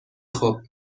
خوب